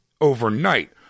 overnight